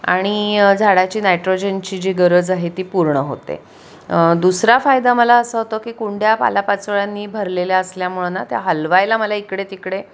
आणि झाडाची नायट्रोजनची जी गरज आहे ती पूर्ण होते दुसरा फायदा मला असा होतो की कुंड्या पाल्यापाचोळ्यानी भरलेल्या असल्यामुळं ना त्या हलवायला मला इकडे तिकडे